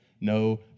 no